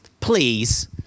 please